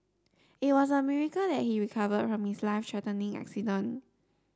it was a miracle that he recovered from his life threatening accident